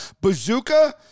Bazooka